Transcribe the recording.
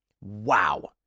wow